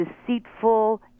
deceitful